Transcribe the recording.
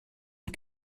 und